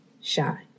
shine